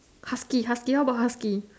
huskies huskies all about huskies